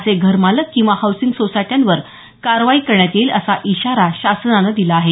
असे घरमालक किंवा हाऊसिंग सोसायटीवर कारवाई करण्यात येईल असा इशारा शासनाने दिला आहे